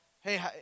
hey